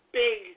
big